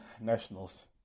nationals